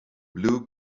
blue